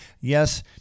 yes